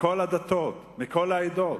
מכל הדתות ומכל העדות.